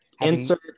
insert